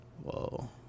Whoa